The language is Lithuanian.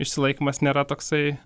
išsilaikymas nėra toksai